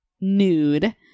nude